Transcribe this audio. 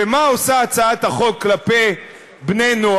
ומה עושה הצעת החוק כלפי בני-נוער,